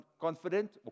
confident